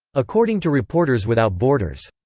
according to reporters without borders.